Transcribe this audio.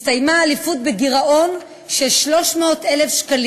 הסתיימה האליפות בגירעון של 300,000 שקל,